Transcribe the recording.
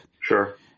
Sure